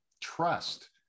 trust